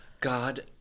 God